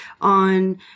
on